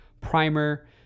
primer